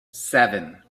seven